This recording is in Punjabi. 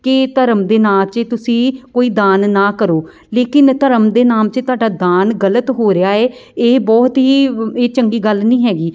ਕਿ ਧਰਮ ਦੇ ਨਾਮ 'ਚ ਤੁਸੀਂ ਕੋਈ ਦਾਨ ਨਾ ਕਰੋ ਲੇਕਿਨ ਧਰਮ ਦੇ ਨਾਮ 'ਚ ਤੁਹਾਡਾ ਦਾਨ ਗਲਤ ਹੋਇਆ ਹੈ ਇਹ ਬਹੁਤ ਹੀ ਚੰਗੀ ਗੱਲ ਨਹੀਂ ਹੈਗੀ